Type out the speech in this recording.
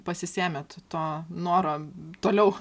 pasisėmėt to noro toliau